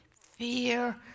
fear